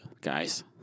guys